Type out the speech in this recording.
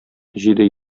җиде